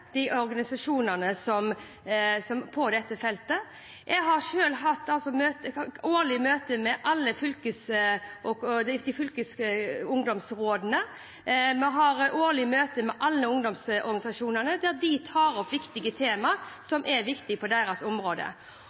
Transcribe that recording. organisasjonene på dette feltet. Jeg har selv årlige møter med alle fylkesungdomsrådene. Vi har årlige møter med alle ungdomsorganisasjonene, der de tar opp tema som er viktige på deres